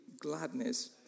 gladness